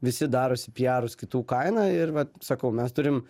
visi darosi piarus kitų kaina ir vat sakau mes turim